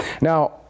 Now